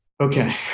Okay